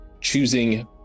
choosing